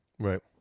right